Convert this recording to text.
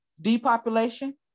Depopulation